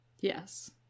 Yes